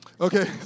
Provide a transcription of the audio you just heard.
okay